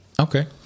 Okay